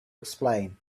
explain